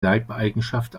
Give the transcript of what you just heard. leibeigenschaft